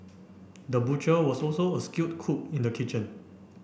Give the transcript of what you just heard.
the butcher was also a skilled cook in the kitchen